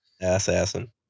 Assassin